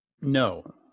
No